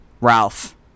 Ralph